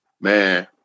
Man